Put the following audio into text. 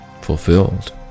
fulfilled